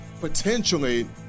potentially